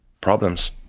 problems